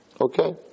Okay